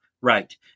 right